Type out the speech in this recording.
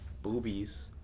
boobies